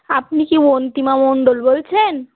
আপনি কি অন্তিমা মন্ডল বলছেন